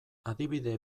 adibide